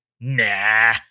Nah